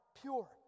pure